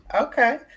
Okay